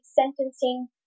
sentencing